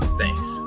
thanks